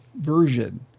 version